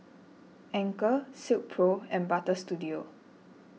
Anchor Silkpro and Butter Studio